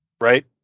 right